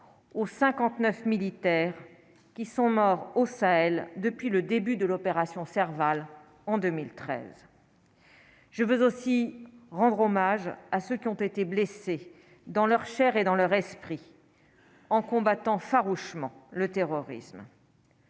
aux 59 militaires qui sont morts au Sahel depuis le début de l'opération Serval en 2013. Je veux aussi rendre hommage à ceux qui ont été blessés dans leur Chair et dans leur esprit, en combattant farouchement le terrorisme.